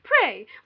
pray